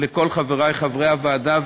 לכל חברי חברי הוועדה,